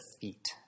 feet